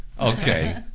Okay